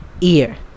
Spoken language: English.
ear